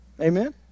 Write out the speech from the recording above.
Amen